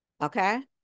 Okay